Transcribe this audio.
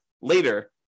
later